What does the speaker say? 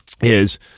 is-